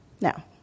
Now